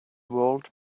world